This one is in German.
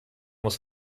muss